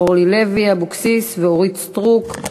אורלי לוי אבקסיס ואורית סטרוק,